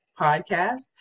podcast